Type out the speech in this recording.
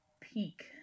peak